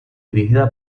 dirigida